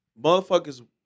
Motherfuckers